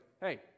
Hey